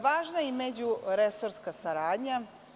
Važna je i međuresorska saradnja.